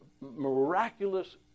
miraculous